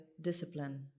discipline